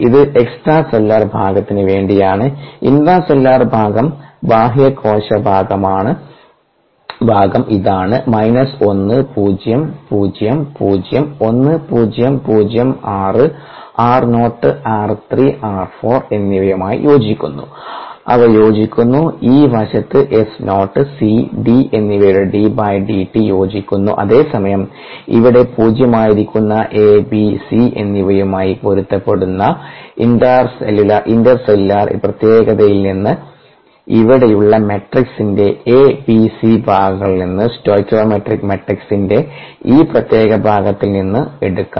ഇത് extra cellular ഭാഗത്തിന് വേണ്ടിയാണ് ഇൻട്രാസെല്ലുലാർ ഭാഗം ബാഹ്യകോശ ഭാഗം ഇതാണ് മൈനസ് 1 പൂജ്യം പൂജ്യം പൂജ്യം 1 പൂജ്യം പൂജ്യം 1 r നോട്ട് r 3 r 4 എന്നിവയുമായി യോജിക്കുന്നു അവ യോജിക്കുന്നു ഈ വശത്ത് S നോട്ട് C ഡി എന്നിവയുടെ ddt യോജിക്കുന്നു അതേസമയം ഇവിടെ പൂജ്യമായിരിക്കുന്ന എ ബി സി എന്നിവയുമായി പൊരുത്തപ്പെടുന്ന ഇന്റർസെല്ലുലാർ ഈ പ്രത്യേകതയിൽ നിന്ന് ഇവിടെയുള്ള മാട്രിക്സിന്റെ ABC ഭാഗങ്ങളിൽ നിന്ന് സ്റ്റോയിക്ക്യോമെട്രിക് മാട്രിക്സിന്റെ ഈ പ്രത്യേക ഭാഗത്തിൽ നിന്ന് എടുക്കാം